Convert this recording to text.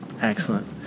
excellent